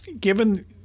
given